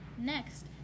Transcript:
Next